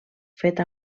fet